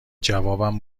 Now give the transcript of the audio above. جوابم